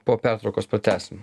po pertraukos pratęsim